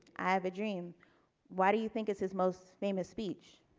i have a dream why do you think it's his most famous speech